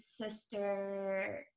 Sister